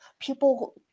people